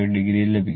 5 o ലഭിക്കും